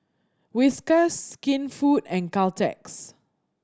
Whiskas Skinfood and Caltex